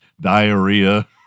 Diarrhea